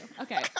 Okay